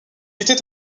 était